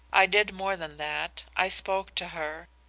i did more than that, i spoke to her.